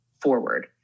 forward